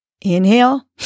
Inhale